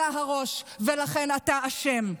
אתה הראש ולכן אתה אשם.